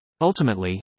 Ultimately